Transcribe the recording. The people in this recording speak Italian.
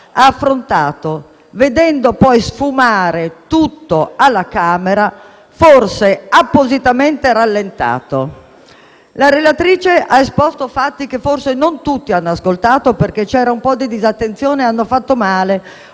legislatura, vedendo poi sfumare tutto alla Camera, forse appositamente rallentato. La relatrice ha esposto fatti che forse non tutti hanno ascoltato, perché c'era un po' di disattenzione, ma hanno fatto male.